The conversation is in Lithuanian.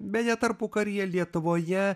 beje tarpukaryje lietuvoje